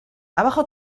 abajo